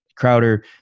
Crowder